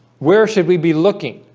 where should we be looking?